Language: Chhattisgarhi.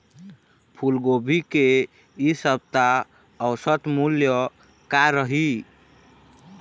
फूलगोभी के इ सप्ता औसत मूल्य का रही?